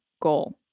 goal